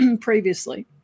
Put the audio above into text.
previously